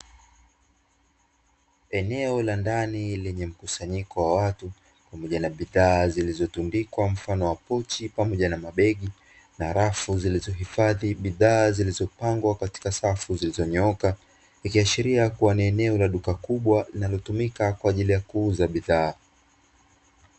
Eneo la ndani lenye mkusanyiko wa watu